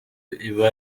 iba